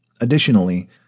Additionally